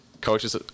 coaches